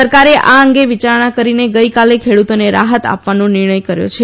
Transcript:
સરકારે આ અંગે વિચારણા કરીને ગઈકાલે ખેડૂતોને રાહત આપતો નિર્ણય કર્યો છે